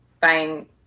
buying